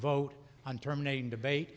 vote on terminating debate